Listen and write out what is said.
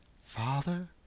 Father